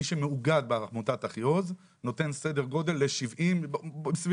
מי שמאוגד בעמותת אחיעוז נותן סדר גודל בסביבות